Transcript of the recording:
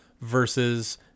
versus